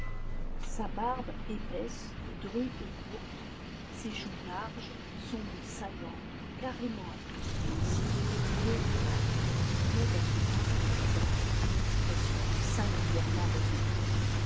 sa barbe épaisse drue et courte ses joues larges son nez saillant carrément accusé ses yeux bleus et hardis donnaient à ce mâle visage une expression singulièrement résolue